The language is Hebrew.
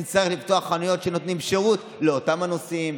ותצטרך לפתוח חנויות שנותנות שירות לאותם הנוסעים,